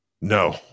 No